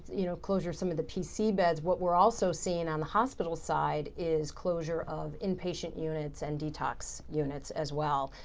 you know, closure of some of the pc beds, what we're also seeing on the hospital side is closure of inpatient units and detox units as well.